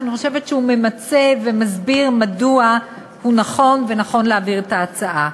שאני חושבת שהוא ממצה ומסביר מדוע נכון להעביר את ההצעה.